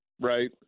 right